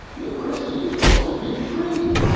you a christian you supposed to be free.